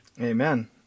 Amen